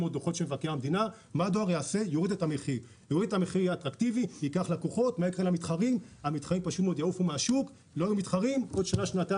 הדואר יוריד את המחיר כך שהמתחרים פשוט יעופו מהשוק ושנה או שנתיים